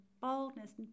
boldness